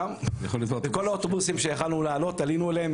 בכל האוטובוסים שיכלנו לעלות עלינו עליהם,